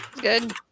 Good